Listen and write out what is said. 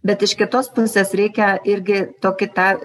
bet iš kitos pusės reikia irgi tokį tą